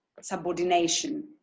Subordination